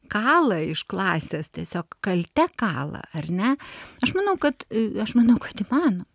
kala iš klasės tiesiog kalte kala ar ne aš manau kad aš manau kad įmanoma